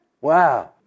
Wow